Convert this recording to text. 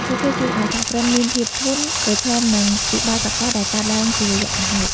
ពួកគេជួយឱ្យសហគ្រិនមាន "ភាពធន់" ប្រឈមនឹងវិបត្តិសកលដែលកើតឡើងជាយថាហេតុ។